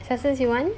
sasun you want